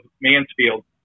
Mansfield